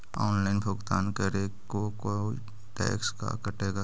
Online भुगतान करे को कोई टैक्स का कटेगा?